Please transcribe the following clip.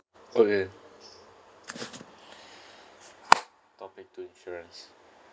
okay topic two insurance